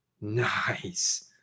Nice